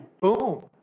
Boom